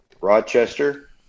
Rochester